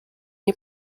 nie